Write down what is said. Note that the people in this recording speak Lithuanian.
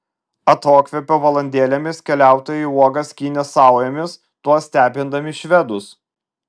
atokvėpio valandėlėmis keliautojai uogas skynė saujomis tuo stebindami švedus